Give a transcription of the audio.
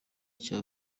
cya